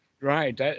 right